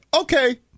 okay